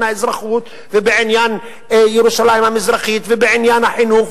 האזרחות ובעניין ירושלים המזרחית ובעניין החינוך.